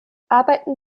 arbeiten